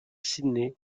sydney